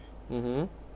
mmhmm